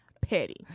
Petty